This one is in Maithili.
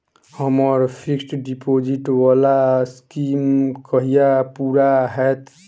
हम्मर फिक्स्ड डिपोजिट वला स्कीम कहिया पूरा हैत?